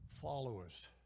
followers